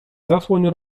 zasłoń